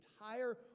entire